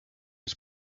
his